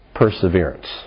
Perseverance